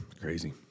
crazy